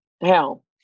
hell